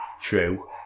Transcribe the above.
true